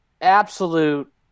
absolute